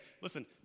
listen